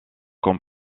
comme